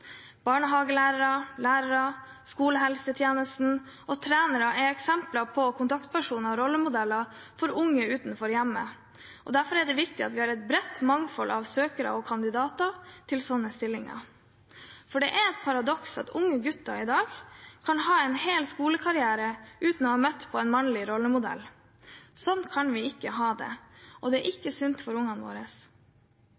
Barnehagelærere, lærere, skolehelsetjenesten og trenere er eksempler på kontaktpersoner, rollemodeller, for unge utenfor hjemmet. Derfor er det viktig at vi har et bredt mangfold av søkere og kandidater til sånne stillinger. Det er et paradoks at unge gutter i dag kan ha en hel skolekarriere uten å ha møtt på en mannlig rollemodell. Sånn kan vi ikke ha det. Det er ikke sunt for ungene våre. Det er